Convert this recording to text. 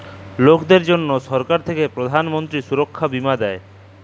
লকদের জনহ সরকার থাক্যে প্রধান মন্ত্রী সুরক্ষা বীমা দেয়